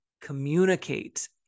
Communicate